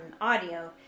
audio